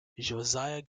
josiah